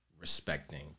respecting